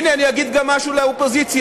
והנה אני אגיד גם משהו לאופוזיציה,